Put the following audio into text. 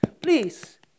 please